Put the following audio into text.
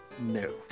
No